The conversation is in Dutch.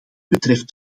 betreft